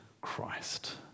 Christ